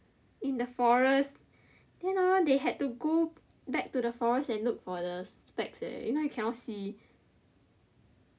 in the forest then hor they had to go back to the forest and look for the specs leh if not he cannot see